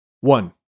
One